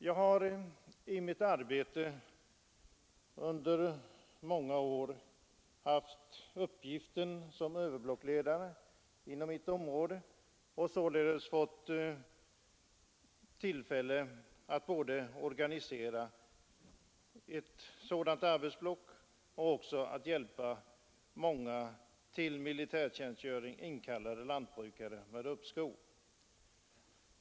Jag har i mitt arbete under många år haft till uppgift att verka som överblockledare inom mitt område och alltså fått tillfälle att organisera ett sådant arbetsblock samt hjälpa många till militärtjänstgöring inkallade lantbrukare med uppskovsärenden.